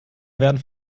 werden